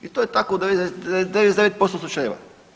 I to je tako u 99% slučajeva.